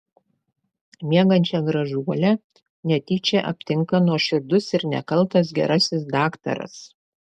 miegančią gražuolę netyčia aptinka nuoširdus ir nekaltas gerasis daktaras